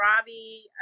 Robbie